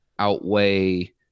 outweigh